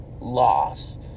loss